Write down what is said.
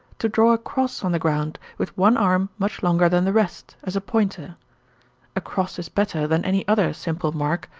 to draw a cross on the ground, with one arm much longer than the rest, as a pointer a cross is better than any other simple mark,